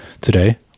today